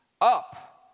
Up